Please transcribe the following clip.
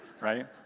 right